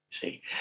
See